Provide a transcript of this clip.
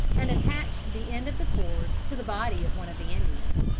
and attached the end of the cord to the body of one of the indians.